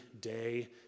day